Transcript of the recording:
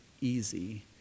easy